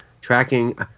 tracking